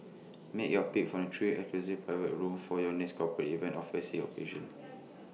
make your pick from three exclusive private rooms for your next corporate event or fancy occasion